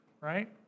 right